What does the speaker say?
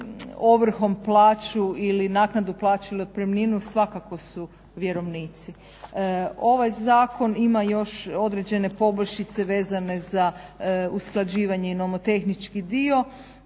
ovrhom plaću ili naknadu plaće ili otpremninu svakako su vjerovnici. Ovaj zakon ima još određene poboljšice vezane za usklađivanje i nomotehnički dio.